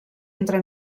entre